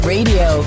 Radio